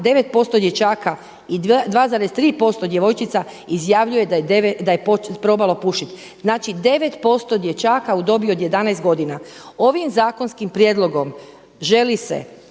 9% dječaka i 2,3% djevojčica izjavljuje da je probalo pušiti. Znači 9% dječaka u dobi od 11 godina. Ovim zakonskim prijedlogom želi se